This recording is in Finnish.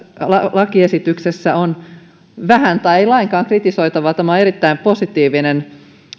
lakiesityksessä on vähän tai ei lainkaan kritisoitavaa tämä on erittäin positiivinen